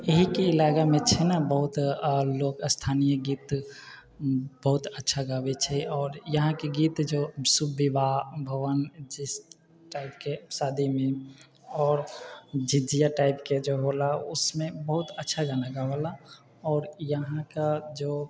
एहिके इलाकामे छै ने बहुत लोक स्थानीय गीत बहुत अच्छा गाबै छै आओर यहाँके गीत जे शुभ विवाह भवन जैसे टाइपके शादीमे आओर झिझिया टाइपके जो होला उसमे बहुत अच्छा गाना गाबैला आओर यहाँके जे